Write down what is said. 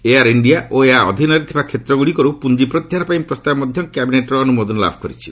air India ଓ ଏହା ଅଧିନରେ ଥିବା କ୍ଷେତ୍ରଗୁଡିକରୁ ପୁଞ୍ଜ ପ୍ରତ୍ୟାହାର ପାଇଁ ପ୍ରସ୍ତାବ ମଧ୍ୟ କ୍ୟାବିନେଟର ଅନୁମୋଦନ ଲାଭ କରିଛି